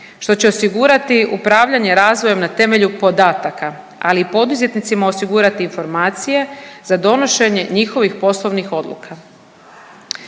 što će osigurati upravljanje razvojem na temelju podataka, ali i poduzetnicima osigurati informacije za donošenje njihovih poslovnih odluka.